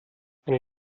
eine